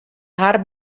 har